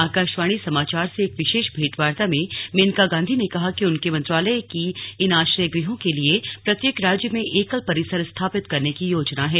आकाशवाणी समाचार से एक विशेष भेंटवार्ता में मेनका गांधी ने कहा कि उनके मंत्रालय की इन आश्रय गृहों के लिए प्रत्येक राज्य में एकल परिसर स्थापित करने की योजना है